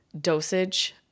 dosage